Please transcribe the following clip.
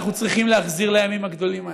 אנחנו צריכים להחזיר לימים הגדולים ההם.